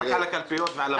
רק על הקלפיות ועל הוועדות.